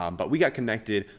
um but we got connected.